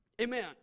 Amen